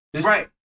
Right